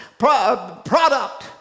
product